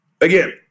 again